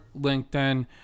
LinkedIn